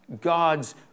God's